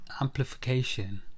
amplification